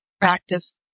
practice